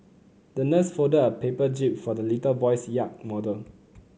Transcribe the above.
the nurse folded a paper jib for the little boy's yacht model